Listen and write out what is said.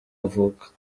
avuka